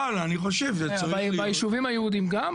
אבל אני חושב שזה --- בישובים היהודיים גם?